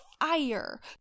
fire